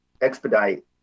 expedite